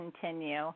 continue